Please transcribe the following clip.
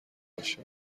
باشه